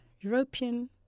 European